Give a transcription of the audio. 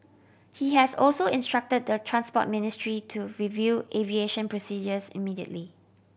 he has also instructed the Transport Ministry to review aviation procedures immediately